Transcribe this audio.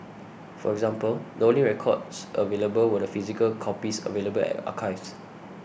for example the only records available were the physical copies available at archives